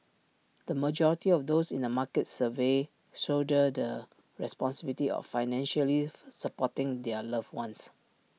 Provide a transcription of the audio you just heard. the majority of those in the markets surveyed shoulder the responsibility of financially supporting their loved ones